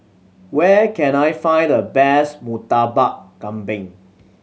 where can I find the best Murtabak Kambing